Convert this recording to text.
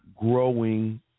growing